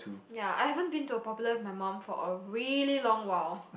ya I haven't been to a popular with my mum for a really long while